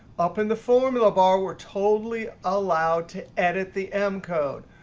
up in the formula bar, we're totally allowed to edit the m code.